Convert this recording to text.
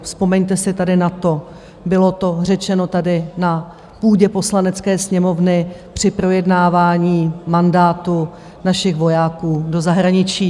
Vzpomeňte si tady na to, bylo to řečeno tady na půdě Poslanecké sněmovny při projednávání mandátu našich vojáků do zahraničí.